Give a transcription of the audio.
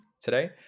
today